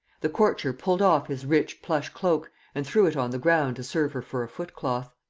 the courtier pulled off his rich plush cloak and threw it on the ground to serve her for a footcloth.